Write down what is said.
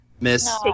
Miss